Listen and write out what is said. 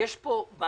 יש פה בעיה